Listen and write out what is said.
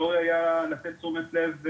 שהיה ראוי לתת תשומת לב,